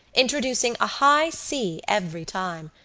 introducing a high c every time,